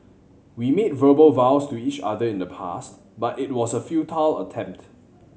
we made verbal vows to each other in the past but it was a futile attempt